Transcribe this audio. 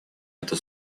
это